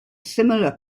smaller